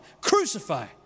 Crucify